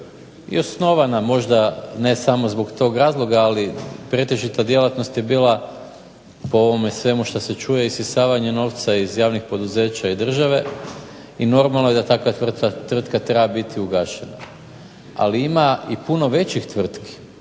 i osnovana možda ne samo zbog tog razloga, ali pretežito djelatnost je bila po ovom svemu što se čuje isisavanje novaca iz javnih poduzeća i država i normalno je da takva tvrtka mora biti ugašena. Ali ima i puno većih tvrtki